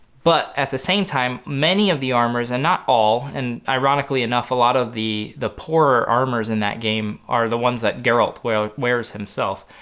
but at the same time many of the armors, and not all and ironically enough a lot of the the poorer armors in that game are the ones that geralt wears himself, himself,